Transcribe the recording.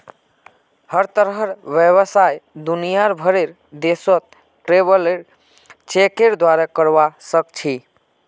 हर तरहर व्यवसाय दुनियार भरेर देशत ट्रैवलर चेकेर द्वारे करवा सख छि